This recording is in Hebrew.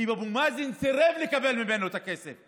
כי אבו מאזן סירב לקבל ממנו את הכסף.